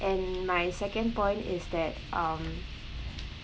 and my second point is that um